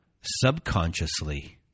subconsciously